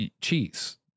cheese